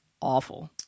awful